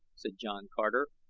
said john carter,